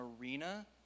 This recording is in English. arena